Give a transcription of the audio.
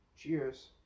Cheers